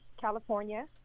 California